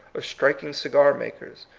of striking cigar-makers,